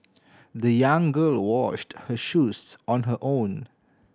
the young girl washed her shoes on her own